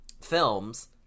films